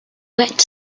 wet